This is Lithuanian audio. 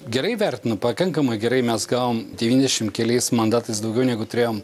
gerai vertinu pakankamai gerai mes gavom devyniasdešim keliais mandatais daugiau negu turėjom